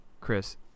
Chris